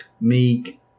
meek